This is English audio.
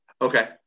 Okay